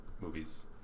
movies